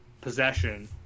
possession